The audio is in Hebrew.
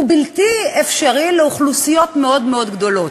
הוא בלתי אפשרי לאוכלוסיות מאוד מאוד גדולות,